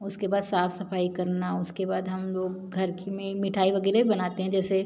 उसके बाद साफ़ सफ़ाई करना उसके बाद हम लोग घर कि में ही मिठाई वगैरह बनाते हैं जैसे